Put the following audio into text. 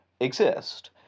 exist